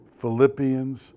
Philippians